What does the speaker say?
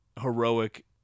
heroic